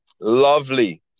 Lovely